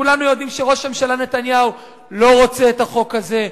כולנו יודעים שראש הממשלה נתניהו לא רוצה את החוק הזה.